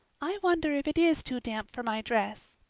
i wonder if it is too damp for my dress,